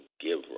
give